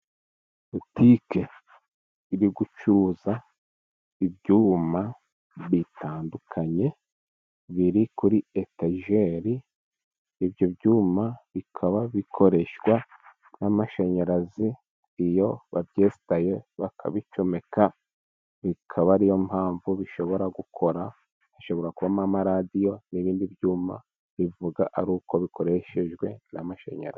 Butike iri gucuruza ibyuma bitandukanye biri kuri etajeri, ibyo byuma bikaba bikoreshwa n'amashanyarazi iyo babyesitaye bakabicomeka, bikaba ariyo mpamvu bishobora gukora hashobora kubamo amaradiyo, n'ibindi byuma bivuga ari uko bikoreshejwe n'amashanyarazi.